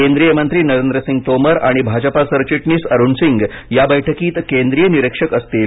केंद्रीय मंत्री नरेंद्रसिंग तोमर आणि भाजपा सरचिटणीस अरुण सिंग या बैठकीत केंद्रीय निरीक्षक असतील